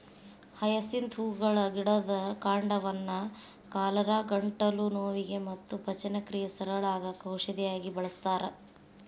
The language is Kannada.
ಹಯಸಿಂತ್ ಹೂಗಳ ಗಿಡದ ಕಾಂಡವನ್ನ ಕಾಲರಾ, ಗಂಟಲು ನೋವಿಗೆ ಮತ್ತ ಪಚನಕ್ರಿಯೆ ಸರಳ ಆಗಾಕ ಔಷಧಿಯಾಗಿ ಬಳಸ್ತಾರ